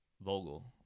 Vogel